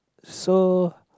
so